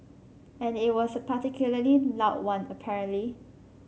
and it was a particularly loud one apparently